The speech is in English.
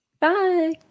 Bye